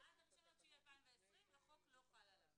לא חל.